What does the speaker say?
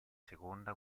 seconda